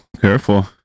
Careful